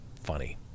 funny